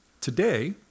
Today